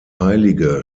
heilige